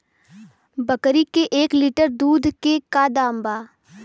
बकरी के एक लीटर दूध के का दाम बा?